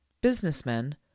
businessmen